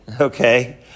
okay